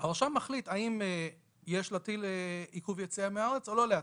הרשם מחליט האם יש להטיל עיכוב יציאה מן הארץ או לא להטיל?